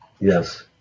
yes